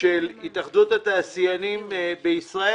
התאחדות התעשיינים בישראל